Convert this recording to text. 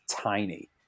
tiny